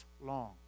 long